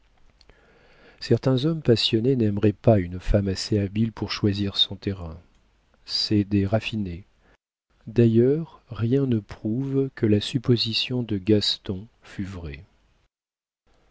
certains hommes passionnés n'aimeraient pas une femme assez habile pour choisir son terrain c'est des raffinés d'ailleurs rien ne prouve que la supposition de gaston fût vraie